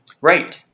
Right